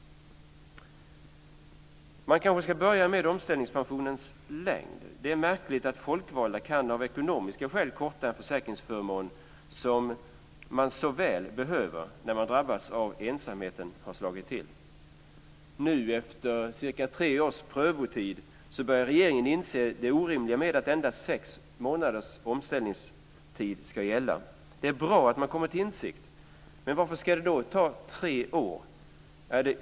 Man kanske ska börja med omställningspensionens längd. Det är märkligt att folkvalda av ekonomiska skäl kan korta en försäkringsförmån som man så väl behöver när man drabbas av att ensamheten slår till. Nu efter cirka tre års prövotid börjar regeringen inse det orimliga i att endast sex månaders omställningstid ska gälla. Det är bra att man kommit till insikt. Men varför ska det då ta tre år?